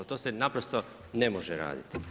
To se naprosto ne može raditi.